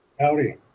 Howdy